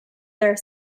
their